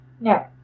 no